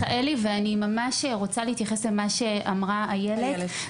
להתייחס למה שאמרה איילת,